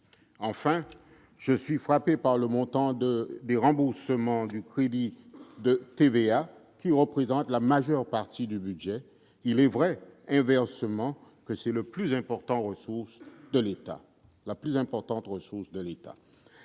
Enfin, je suis frappé par le montant des remboursements de crédits de TVA, qui représentent la majeure partie de ce budget. Il est vrai que la TVA est la plus importante ressource de l'État.